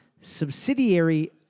subsidiary